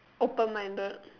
open-minded